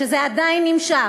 שזה עדיין נמשך.